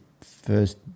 first